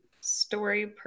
story